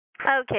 Okay